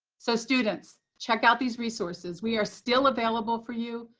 so students, check out these resources. we are still available for you.